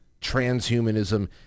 transhumanism